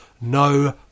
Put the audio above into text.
no